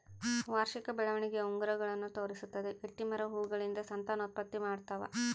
ವಾರ್ಷಿಕ ಬೆಳವಣಿಗೆಯ ಉಂಗುರಗಳನ್ನು ತೋರಿಸುತ್ತದೆ ಗಟ್ಟಿಮರ ಹೂಗಳಿಂದ ಸಂತಾನೋತ್ಪತ್ತಿ ಮಾಡ್ತಾವ